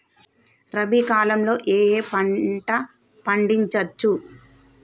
రబీ కాలంలో ఏ ఏ పంట పండించచ్చు?